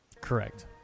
Correct